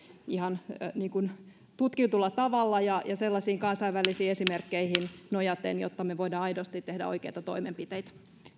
ihan niin kuin tutkitulla tavalla ja sellaisiin kansainvälisiin esimerkkeihin nojaten jotta me voimme aidosti tehdä oikeita toimenpiteitä